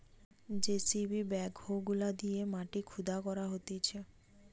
JCB backhoe গুলা দিয়ে মাটি খুদা করা হতিছে